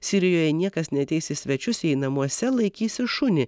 sirijoje niekas neateis į svečius jei namuose laikysi šunį